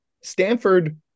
Stanford